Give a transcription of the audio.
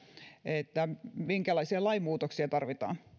minkälaisia lainmuutoksia tarvitaan koska